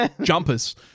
jumpers